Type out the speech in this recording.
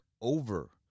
over